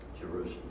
Jerusalem